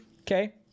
Okay